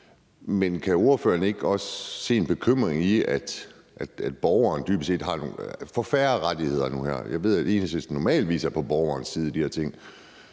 Men kan ordføreren ikke også have en bekymring for, at borgeren dybest set får færre rettigheder med det her? Jeg ved, at Enhedslisten normalt er på borgerens side i de her ting.